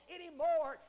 anymore